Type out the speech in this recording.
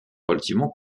relativement